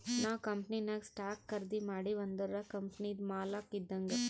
ನಾವ್ ಕಂಪನಿನಾಗ್ ಸ್ಟಾಕ್ ಖರ್ದಿ ಮಾಡಿವ್ ಅಂದುರ್ ಕಂಪನಿದು ಮಾಲಕ್ ಇದ್ದಂಗ್